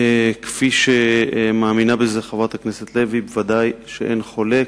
כפי שמאמינה חברת הכנסת לוי, ודאי אין חולק.